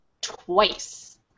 twice